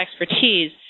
expertise